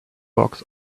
box